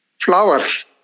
flowers